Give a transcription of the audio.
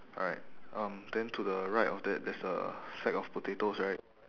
alright um then to the right of that there's a sack of potatoes right